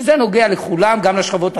שזה נוגע לכולם, גם לשכבות החלשות,